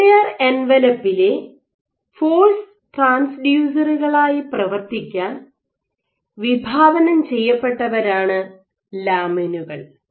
nuclear എൻവലപ്പിലെ force ട്രാൻസ്ഡ്യൂസറുകളായി പ്രവർത്തിക്കാൻ വിഭാവനം ചെയ്യപ്പെട്ടവരാണ് ലാമിനുകൾ